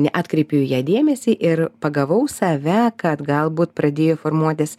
neatkreipiu į ją dėmesį ir pagavau save kad galbūt pradėjo formuotis